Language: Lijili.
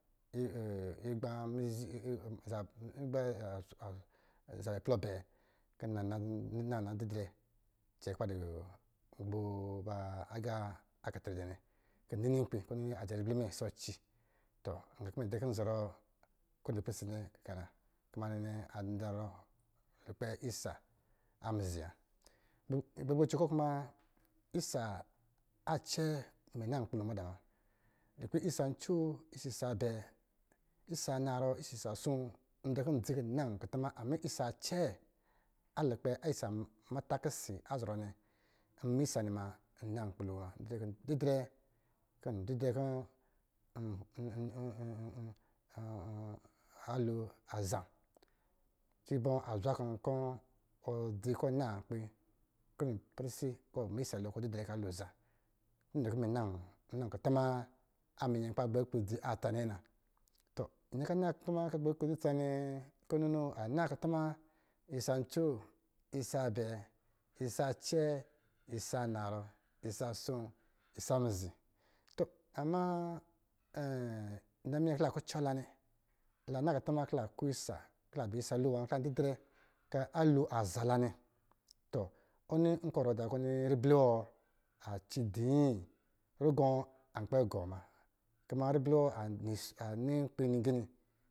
Tɔ ama wɔ na kutuma, kɔ̄ ɔ naa kutuma nisa-nisa-nisa nnɛ, tɔ kɔ̄ ɔ nini ribli wɔ a kplɔ ngbda-ngbla lo ko manyi agita kɔ̄ ɔ dɔ ta nnɛ so, isa cɛ lukpɛ isa muta ɔsɔ̄ isa mizi kɔ̄ osi a zɔrɔ nnɛ, isa mizi hikpɛ atsa muta nnɛ, tɔ nma isa nnɛ, isa ban bɛ nnɛ kɔ̄ ndidrɛ, isa a-acɛ nworo, ama isa a mizi, nzɔrɔ agablɛ lukpɛ itsi, ndzi kukpi kɔ̄ n krɔ nkpi so shike dai imɛ dɛ nma mɛ zan ndza nyɛnyra muna azaa nyɛnyra muna, itsi nnɛ muna tunu kɔ̄ mɛ rikwe nnɛ kɔ̄ nna nbɛlɛ kutuma nnɛ so, kɔ̄ nbɛ si lukpo na so gā kɔ̄ adɔ̄bɔ kɔ̄ ndrɛ kɔ̄ zɔrɔ nnɛ kɛ na so a zwa kɔ̄ yaka yi mijili kɔ̄ yi dɔ wusɔ nnɛ kɔ̄ yipɛ gā kɔ̄ a dɔrɔ kɔ̄ nyɛ zɔrɔ nnɛ, kuma gā kɔ̄ nɔ mɛ n dɔ̄ zɔrɔ, kɔ̄ ndɔ̄ zɔrɔ ko wini ipɛrɛ si nnɛ kɛna toh la kpɛ bɛ lukpɛ isa a muta nnɛ, tɔ nkɔ̄ nna kɔ̄ n na kɔ̄ nna wusɔ gā kɔ̄ kusrukpɛ nnɛ ada yakan nnɛ kɔ̄ kpɛlɛ bɛ itsi kɔ̄ la za bɔ